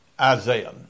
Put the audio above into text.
Isaiah